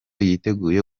yiteguye